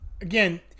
Again